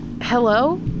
hello